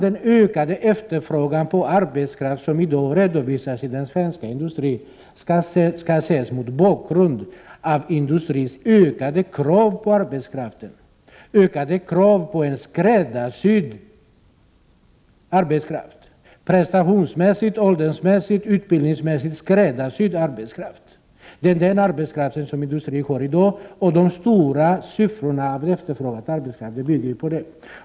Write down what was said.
Den ökade efterfrågan på arbetskraft som i dag redovisas inom svensk industri skall nämligen ses mot bakgrund av de allt högre krav som industrin ställer på arbetskraften. Kraven växer på en skräddarsydd arbetskraft — prestationsmässigt, åldersmässigt och utbildningsmässigt. Det är den arbetskraft som industrin har i dag. Att det efterfrågas så mycket arbetskraft beror just på detta.